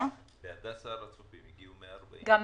להדסה הר הצופים הגיעו 140 אנשים.